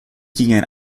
gingen